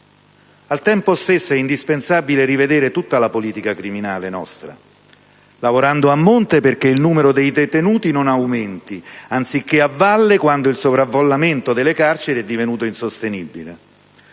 Allo stesso tempo, è indispensabile rivedere tutta la nostra politica criminale, lavorando a monte perché il numero dei detenuti non aumenti, anziché a valle quando il sovraffollamento delle carceri è divenuto insostenibile.